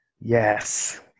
yes